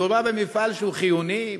מדובר במפעל שהוא חיוני,